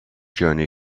journey